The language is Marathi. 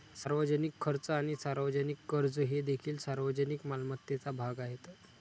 सार्वजनिक खर्च आणि सार्वजनिक कर्ज हे देखील सार्वजनिक मालमत्तेचा भाग आहेत